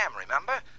remember